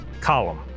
column